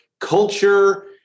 culture